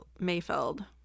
Mayfeld